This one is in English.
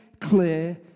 clear